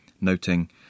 noting